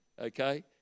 okay